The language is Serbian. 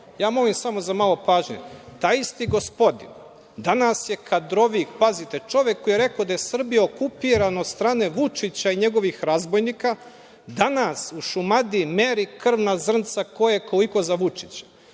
i mediji da čuju. Taj isti gospodin danas je kadrovik... Pazite, čovek koji je rekao da je Srbija okupirana od stane Vučića i njegovih razbojnika, danas u Šumadiji meri krvna zrnca ko je i koliko za Vučića?